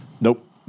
Nope